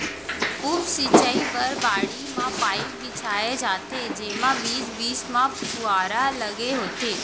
उप सिंचई बर बाड़ी म पाइप बिछाए जाथे जेमा बीच बीच म फुहारा लगे होथे